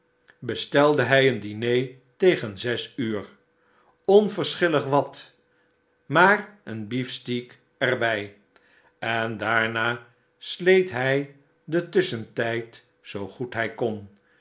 bestelde hij een diner tegen zes uur onverschillig wat maar een beefsteak er bij en daarna sleet hij den tus schentijd zoo goed hij kon